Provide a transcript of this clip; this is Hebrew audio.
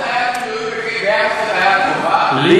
אתה יודע כמה עולה חייל מילואים?